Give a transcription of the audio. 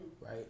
right